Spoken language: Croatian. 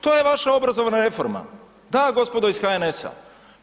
To je vaša obrazovna reforma, da gospodo ih HNS-a.